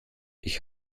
ich